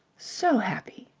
so happy.